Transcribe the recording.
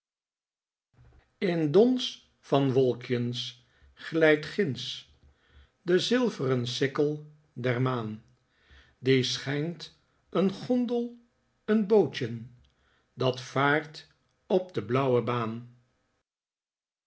in dons van wolkjens glijdt ginds de zilveren sikkel der maan die schijnt een gondel een bootjen dat vaart op de blauwende baan